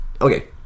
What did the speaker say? okay